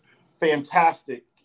Fantastic